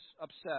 upset